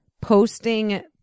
posting